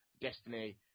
Destiny